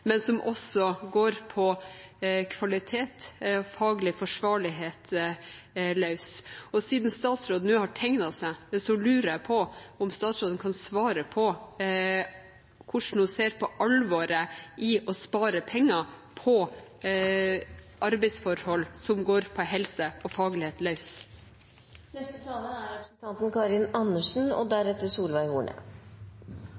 men som også går på kvalitet og faglig forsvarlighet løs. Siden statsråden nå har tegnet seg, lurer jeg på om hun kan svare på hvordan hun ser på alvoret i å spare penger på arbeidsforhold som går på helse og faglighet